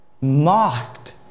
mocked